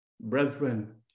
Brethren